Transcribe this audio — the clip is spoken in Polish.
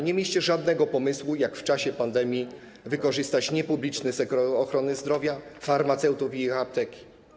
Nie mieliście żadnego pomysłu, jak w czasie pandemii wykorzystać niepubliczny sektor ochrony zdrowia, farmaceutów i ich apteki.